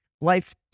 life